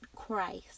Christ